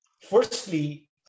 Firstly